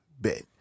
bet